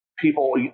people